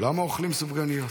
למה אוכלים סופגניות?